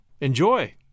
Enjoy